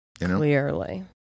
Clearly